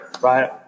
Right